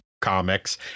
comics